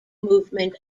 movement